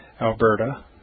Alberta